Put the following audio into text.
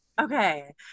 okay